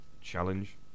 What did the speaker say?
challenge